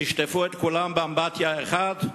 שישטפו את כולם באמבטיה אחת?